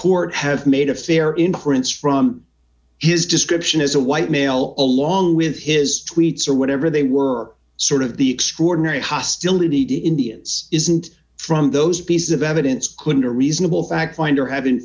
court have made a fair inference from his description is a white male along with his tweets or whatever they were sort of the extraordinary hostility to indians isn't from those pieces of evidence could a reasonable fact finder have